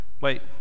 Wait